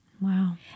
Wow